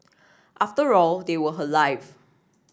after all they were her life